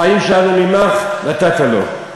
"חיים שאל ממך, נתתה לו".